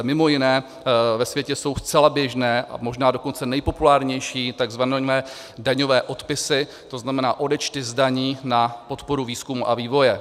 Mimo jiné ve světě jsou zcela běžné a možná dokonce nejpopulárnější tzv. daňové odpisy, tzn. odečty z daní na podporu výzkumu a vývoje.